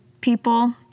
people